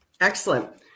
Excellent